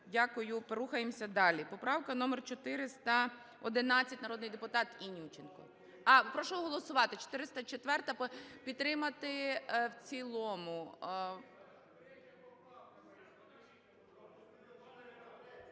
Дякую. Рухаємося далі. Поправка номер 411, народний депутат Німченко. Прошу голосувати. 404-а – підтримати в цілому. 404-у